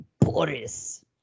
Boris